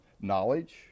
knowledge